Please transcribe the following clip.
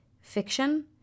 Fiction